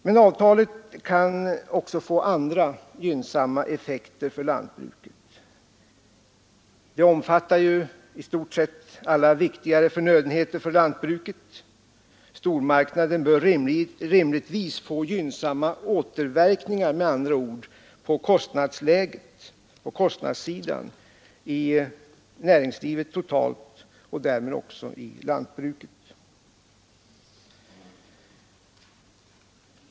Men avtalet kan även få andra, gynnsamma effekter för lantbruket Det omfattar i stort sett alla viktigare industriellt producerade förnödenheter för lantbruket. Stormarknaden bör med andra ord rimligtvis få gynnsamma återverkningar på kostnadssidan i näringslivet totalt och därmed också i jordbruket.